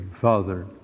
Father